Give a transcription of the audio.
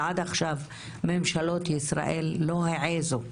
כללי ועד עכשיו ממשלות ישראל לא העזו,